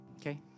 Okay